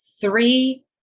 three